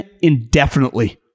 indefinitely